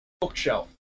bookshelf